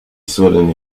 suelen